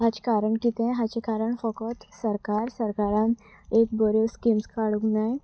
हाचें कारण कितें हाचें कारण फकत सरकार सरकारान एक बऱ्यो स्किम्स काडूंक नाय